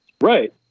Right